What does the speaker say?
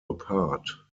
apart